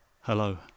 hello